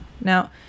Now